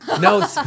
No